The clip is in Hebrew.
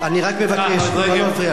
אני רק מבקש, זה מפריע לי.